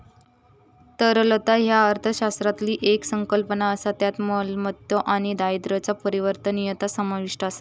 तरलता ह्या अर्थशास्त्रातली येक संकल्पना असा ज्यात मालमत्तो आणि दायित्वांचा परिवर्तनीयता समाविष्ट असा